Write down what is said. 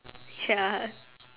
ya